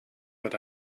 but